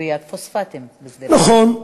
נכון.